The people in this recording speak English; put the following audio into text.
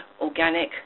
organic